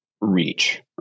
reach